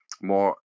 more